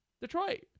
Detroit